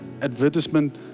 advertisement